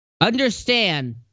Understand